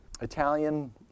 Italian